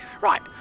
right